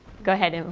go ahead. and